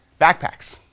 backpacks